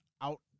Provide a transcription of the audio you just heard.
out